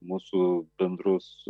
mūsų bendrus